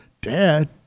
Dad